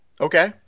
Okay